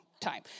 Time